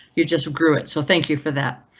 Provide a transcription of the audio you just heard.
you just grew it. so thank you for that.